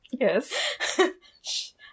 Yes